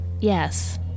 Yes